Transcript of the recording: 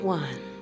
one